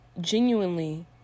genuinely